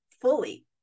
fully